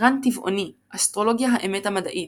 רן טבעוני אסטרולוגיה – האמת המדעית,